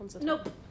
Nope